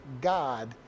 God